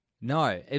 No